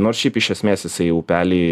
nors šiaip iš esmės jisai upelį